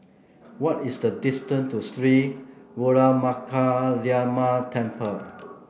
what is the distance to Sri Veeramakaliamman Temple